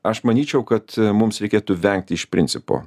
aš manyčiau kad mums reikėtų vengti iš principo